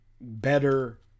better